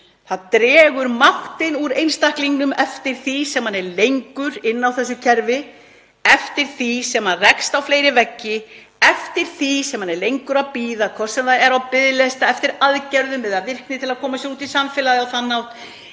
Það dregur máttinn úr einstaklingnum eftir því sem hann er lengur í þessu kerfi, eftir því sem hann rekst á fleiri veggi, eftir því sem hann bíður lengur, hvort sem það er á biðlista eftir aðgerð eða virkni til að koma sér út í samfélagið á þann hátt